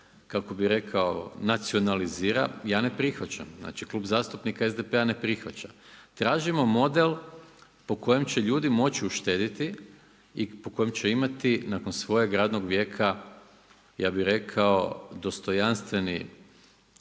kako bi rekao, nacionalizira, ja ne prihvaćam. Znači Klub zastupnika SDP-a ne prihvaća. Tražimo model po kojem će ljudi moći uštedjeti i po kojem će imati nakon svojeg radnog vijeka ja bi rekao, dostojanstveni